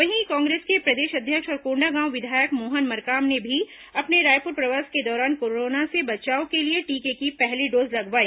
वहीं कांग्रेस के प्रदेश अध्यक्ष और कोंडागांव विधायक मोहन मरकाम ने भी अपने रायपुर प्रवास के दौरान कोरोना से बचाव के लिए टीके की पहली डोज लगवाई